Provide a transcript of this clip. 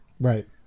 Right